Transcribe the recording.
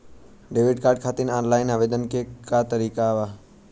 Debit card खातिर online आवेदन के का तरीकि ह?